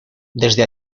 desde